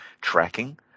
Tracking